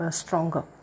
stronger